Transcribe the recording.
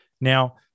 Now